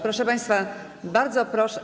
Proszę państwa, bardzo proszę.